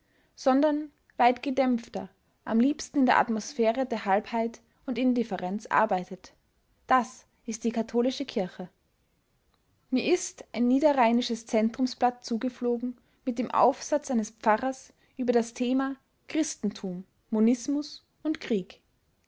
sondern weit gedämpfter am liebsten in der atmosphäre der halbheit und indifferenz arbeitet das ist die katholische kirche mir ist ein niederrheinisches zentrumsblatt zugeflogen mit dem aufsatz eines pfarrers über das thema christentum monismus und krieg